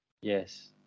Yes